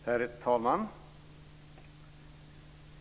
Herr talman!